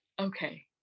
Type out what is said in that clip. Okay